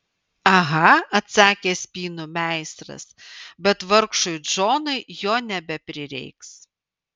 aha atsakė spynų meistras bet vargšui džonui jo nebeprireiks